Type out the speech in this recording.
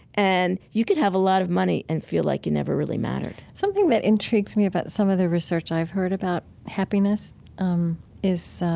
and you could have a lot of money and feel like you never really mattered something that intrigues me about some of the research i've heard about happiness um is